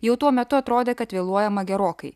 jau tuo metu atrodė kad vėluojama gerokai